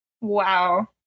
Wow